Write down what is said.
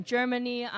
Germany